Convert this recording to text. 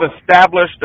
established